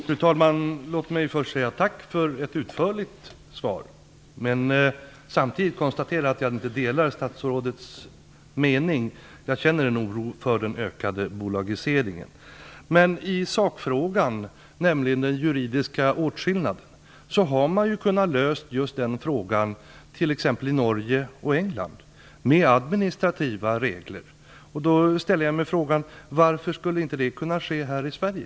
Fru talman! Låt mig först säga tack för ett utförligt svar. Samtidigt konstaterar jag att jag inte delar statsrådets mening. Jag känner en oro för den ökade bolagiseringen. När det gäller sakfrågan, nämligen den juridiska åtskillnaden, har man kunnat lösa problemet i t.ex. Norge och England med adminstrativa regler. Varför skulle inte det kunna ske här i Sverige?